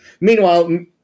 Meanwhile